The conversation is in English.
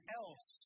else